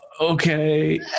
okay